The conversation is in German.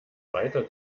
weiter